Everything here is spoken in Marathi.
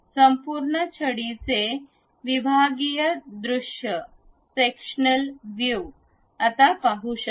संपूर्ण छडीचे विभागीय दृश्य आता पाहू शकतो